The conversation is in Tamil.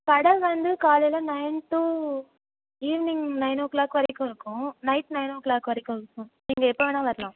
கடை வந்து காலையில் nine to evening nine o'clock வரைக்கும் இருக்கும் நைட் நைன் ஓ க்ளாக் வரைக்கும் இருக்கும் நீங்கள் எப்போ வேணா வர்லாம்